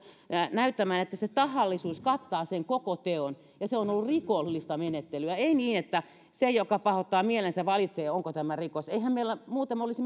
näyttämään että se tahallisuus kattaa sen koko teon ja se on ollut rikollista menettelyä ei niin että se joka pahoittaa mielensä valitsee onko tämä rikos eihän meillä muuten olisi